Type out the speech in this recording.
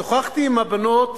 שוחחתי עם הבנות,